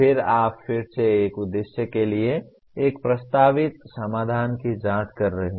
फिर आप फिर से एक उद्देश्य के लिए एक प्रस्तावित समाधान की जांच कर रहे हैं